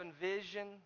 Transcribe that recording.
vision